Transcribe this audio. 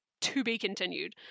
to-be-continued